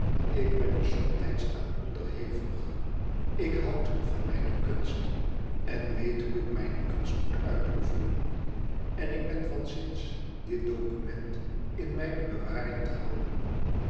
ik ben er somtijds aan onderhevig ik houd van mijne kunst en weet hoe ik mijne kunst moet uitoefenen en ik ben van zins dit document in mijne bewaring te houden